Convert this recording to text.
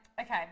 Okay